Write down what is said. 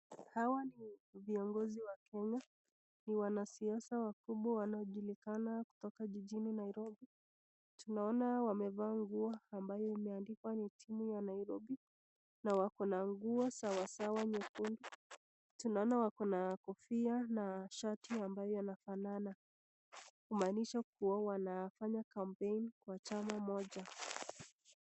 Hawa ni viongozi wa kenya na ni wanasiasa wakubwa wanaojulikana kutoka jijini Nairobi. Tunaona wamevaa nguo ambayo imeandikwa ni timu ya Nairobi na wako na nguo sawasawa nyekundu. Tunaona wako na kofia na shati ambayo inayofanana kumaanisha kuwa wanafanya campaign ya chama moja.